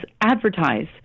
advertise